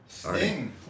Sting